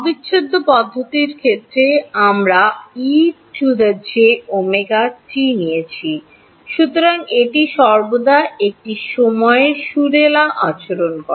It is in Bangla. অবিচ্ছেদ্য পদ্ধতির ক্ষেত্রে আমরা e to the j omega t নিয়েছি সুতরাং এটি সর্বদা একটি সময় সুরেলা আচরণ করে